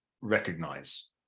recognize